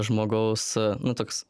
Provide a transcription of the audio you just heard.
žmogaus nu toks